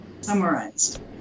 summarized